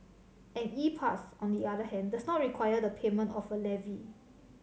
an E Pass on the other hand does not require the payment of a levy